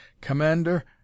commander